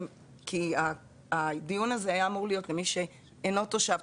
כי הדיון הזה היה אמור להיות למי שאינו תושב,